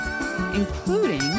including